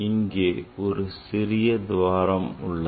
இங்கே ஒரு சிறிய துவாரம் உள்ளது